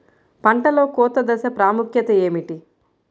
పంటలో కోత దశ ప్రాముఖ్యత ఏమిటి?